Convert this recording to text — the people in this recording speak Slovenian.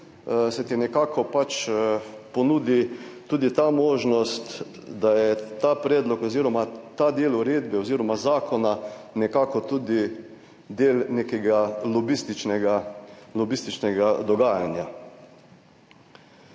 se ti nekako pač ponudi tudi ta možnost, da je ta predlog oziroma ta del uredbe oziroma zakona nekako tudi del nekega lobističnega,